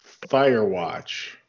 Firewatch